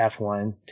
F1